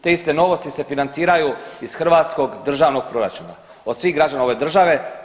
Te iste novosti se financiraju iz Hrvatskog državnog proračuna, od svih građana ove države.